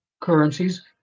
currencies